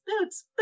boots